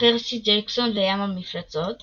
פרסי ג'קסון וים המפלצות